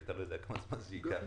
כי אתה לא יודע כמה זמן זה ייקח.